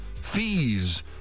fees